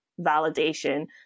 validation